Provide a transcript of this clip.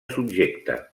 subjecte